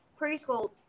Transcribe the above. preschool